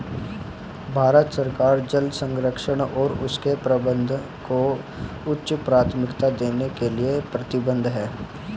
भारत सरकार जल संरक्षण और उसके प्रबंधन को उच्च प्राथमिकता देने के लिए प्रतिबद्ध है